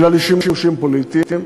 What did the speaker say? אלא לשימושים פוליטיים,